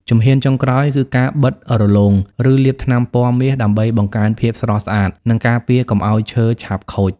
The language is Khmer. ជំហានចុងក្រោយគឺការបិតរលោង ឬលាបថ្នាំពណ៌មាសដើម្បីបង្កើនភាពស្រស់ស្អាត និងការពារកុំឱ្យឈើឆាប់ខូច។